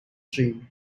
dream